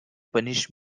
punish